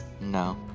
No